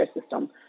system